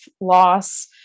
loss